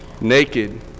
Naked